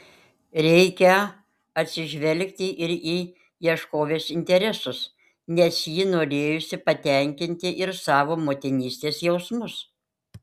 reikią atsižvelgti ir į ieškovės interesus nes ji norėjusi patenkinti ir savo motinystės jausmus